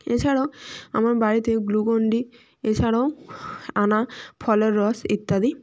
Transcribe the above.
এছাড়াও আমার বাড়িতে গ্লুকোনডি এছাড়াও আনা ফলের রস ইত্যাদি